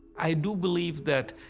i do believe that